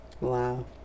Wow